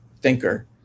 thinker